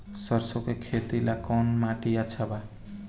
सरसों के खेती ला कवन माटी अच्छा बा?